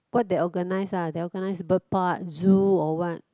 what they organize ah they organize bird park zoo or what